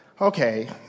Okay